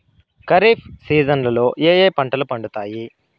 ఖరీఫ్ సీజన్లలో ఏ ఏ పంటలు పండుతాయి